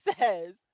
says